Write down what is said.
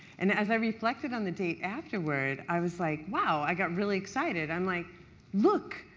and as i reflected on the date afterwards, i was like, wow, i got really excited! um like look,